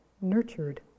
nurtured